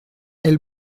elle